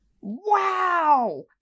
Wow